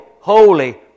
holy